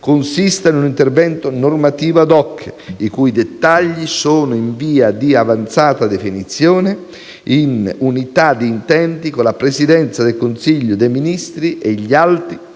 consista in un intervento normativo *ad hoc*, i cui dettagli sono in via di avanzata definizione in unità di intenti con la Presidenza del Consiglio dei ministri e gli altri